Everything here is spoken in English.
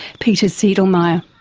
peter seidlmeier.